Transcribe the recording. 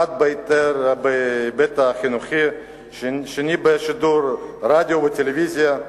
האחד בהיבט החינוכי, השני בשידורי רדיו וטלוויזיה.